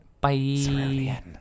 Bye